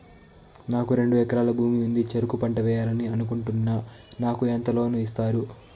నాకు రెండు ఎకరాల భూమి ఉంది, చెరుకు పంట వేయాలని అనుకుంటున్నా, నాకు ఎంత లోను ఇస్తారు?